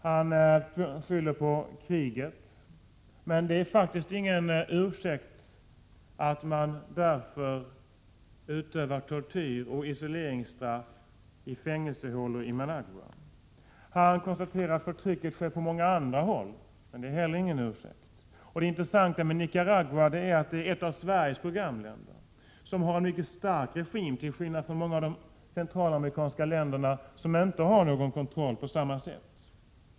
Han skyller på kriget. Men det är faktiskt ingen ursäkt för att man utövar tortyr och utdömer isoleringsstraff i fängelsehålor i Managua. Han konstaterar att förtryck sker på många andra håll, men det är inte heller någon ursäkt. Det intressanta med Nicaragua är att det är ett av Sveriges programländer, som har en mycket stark regim, till skillnad från många centralamerikanska länder som inte har någon kontroll på samma sätt.